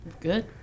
Good